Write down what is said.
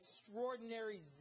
extraordinary